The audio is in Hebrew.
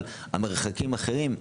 אבל המרחקים אחרים.